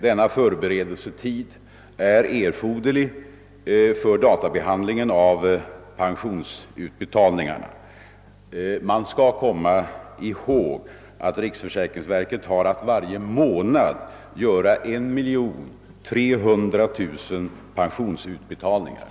Denna förberedelsetid är erforderlig för databehandlingen av pensionsutbetalningarna. Man skall komma ihåg att riksförsäkringsverket varje månad har att göra 1300 000 pensionsutbetalningar.